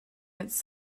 its